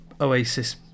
Oasis